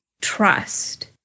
trust